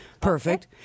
Perfect